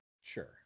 Sure